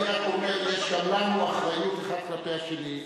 אני רק אומר שיש לנו אחריות האחד כלפי השני.